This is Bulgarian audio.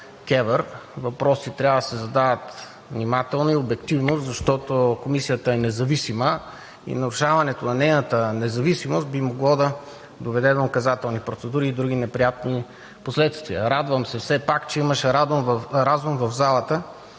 Въпроси трябва да се задават внимателно и обективно, защото Комисията е независима и нарушаването на нейната независимост би могло да доведе до наказателни процедури и други неприятни последствия. Радвам се все пак, че имаше разум в залата